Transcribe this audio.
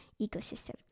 ecosystem